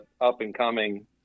up-and-coming